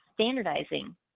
standardizing